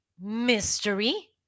mystery